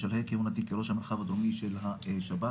בשלהי כהונתי כראש המרחב הדרומי של השב"כ.